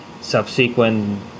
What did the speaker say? subsequent